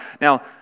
Now